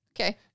Okay